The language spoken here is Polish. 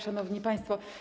Szanowni Państwo!